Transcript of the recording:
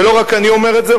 ולא רק אני אומר את זה,